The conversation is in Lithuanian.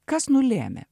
kas nulėmė